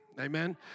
Amen